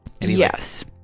Yes